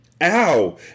Ow